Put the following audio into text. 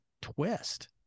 twist